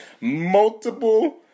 Multiple